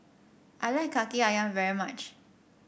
I like Kaki ayam very much